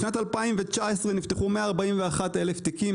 בשנת 2019 נפתחו 141,923 תיקים.